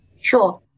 Sure